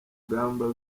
ngamba